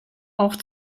auch